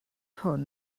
hwn